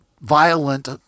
violent